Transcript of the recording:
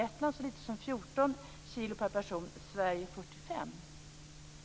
Lettland producerar så lite som 14 kilo per person, medan Sverige producerar 45 kilo.